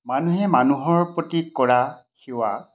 মানুহে মানুহৰ প্ৰতি কৰা সেৱা